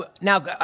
now